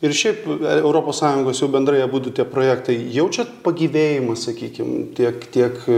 ir šiaip europos sąjungos jau bendrai abudu tie projektai jaučiat pagyvėjimą sakykim tiek tiek